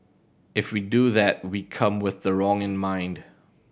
if we do that we come with the wrong in mind